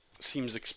seems